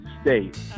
state